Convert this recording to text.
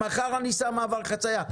מחר אני שם מעבר חציה.